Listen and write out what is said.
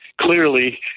clearly